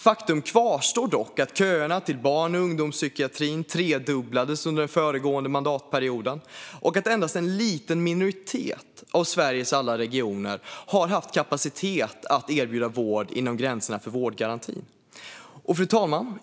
Faktum kvarstår dock att köerna till barn och ungdomspsykiatrin tredubblades under den föregående mandatperioden och att endast en liten minoritet av Sveriges alla regioner har haft kapacitet att erbjuda vård inom gränserna för vårdgarantin. Fru talman!